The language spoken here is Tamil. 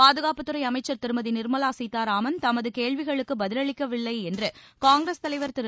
பாதுகாப்புத் துறை அமைச்சர் திருமதி நிர்மலா சீதாராமன் தமது கேள்விகளுக்கு பதிலளிக்கவில்லை என்று காங்கிரஸ் தலைவர் திரு